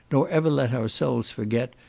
nor ever let our souls forget,